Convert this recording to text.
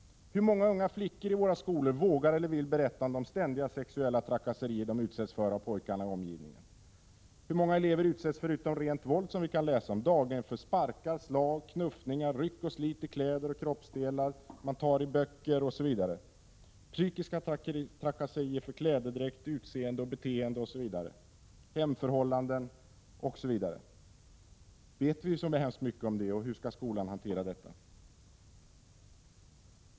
Hur många unga flickor i våra skolor vågar eller vill berätta om de ständiga sexuella trakasserier de utsätts för av pojkarna i omgivningen? Hur många elever utsätts förutom för rent våld, som vi kan läsa om, dagligen för sparkar, slag, knuffningar, ryck och slit i kläder och kroppsdelar samt att man tar böcker osv.? Psykiska trakasserier för klädedräkt, utseende, beteende, hemförhållanden osv. förekommer. Vet vi så särskilt mycket om det, och hur skall skolan hantera detta?